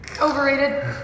Overrated